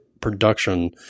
production